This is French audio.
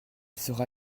sera